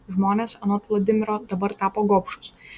žmonės anot vladimiro dabar tapo gobšūs